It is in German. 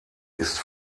ist